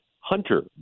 Hunter